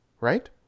right